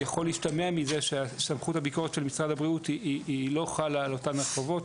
יכול להשתמע מזה שסמכות הביקורת של משרד הבריאות לא חלה על אותן הרחבות